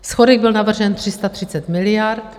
Schodek byl navržen 330 miliard.